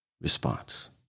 response